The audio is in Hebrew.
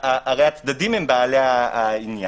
הצדדים הרי הם בעלי העניין.